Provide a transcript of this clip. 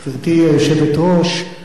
בהמשך לדברי קודמי,